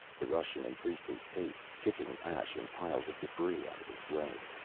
the russian increased his pace, kicking ash and piles of debris out of his way.